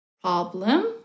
problem